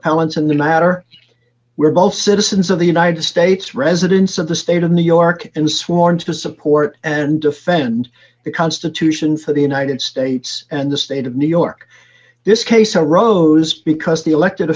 appellants and the latter were both citizens of the united states residence of the state of new york and sworn to support and defend the constitution for the united states and the state of new york this case arose because the elected